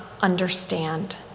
understand